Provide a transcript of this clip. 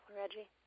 Reggie